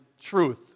truth